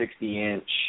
60-inch